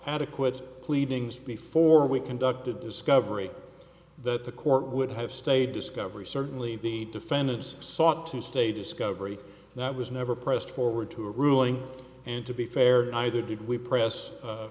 adequate pleadings before we conducted discovery that the court would have stayed discovery certainly the defendants sought to stay discovery that was never pressed forward to a ruling and to be fair either did we press